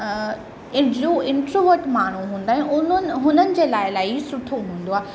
जो इंट्रोवट माण्हू हूंदा आहिनि उन्हनि उन्हनि हुननि जे लाइ इलाही सुठो हूंदो आहे